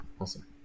Awesome